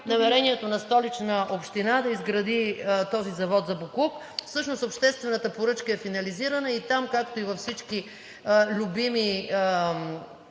...намерението на Столична община да изгради този завод за боклук. Всъщност обществената поръчка е финализирана и там, както и във всички любими